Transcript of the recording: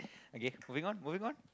okay moving on moving on